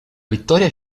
vittoria